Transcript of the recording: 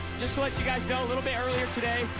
just to let you guys know, a little bit earlier today,